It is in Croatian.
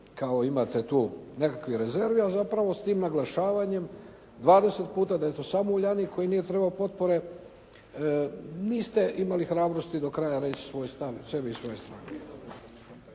kao imate tu nekakvih rezervi a zapravo s tim naglašavanjem 20 puta da je to samo Uljanik koji nije trebao potpore niste imali hrabrosti do kraja reći svoj stav, sebe i svoje stranke.